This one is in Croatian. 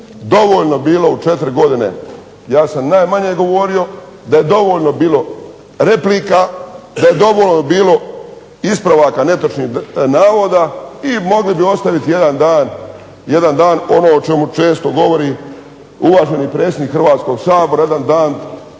dovoljno bilo u četiri godine, ja sam najmanje govorio, da je dovoljno bilo replika, da je dovoljno bilo ispravaka netočnih navoda i mogli bi ostaviti jedan dan ono o čemu često govori uvaženi predsjednik Hrvatskoga sabora, jedan dan